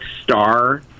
Star